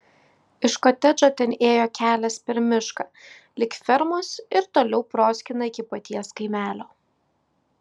iš kotedžo ten ėjo kelias per mišką lig fermos ir toliau proskyna iki paties kaimelio